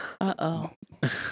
Uh-oh